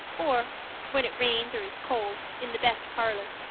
or when it rains or is cold in the best parlour.